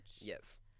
Yes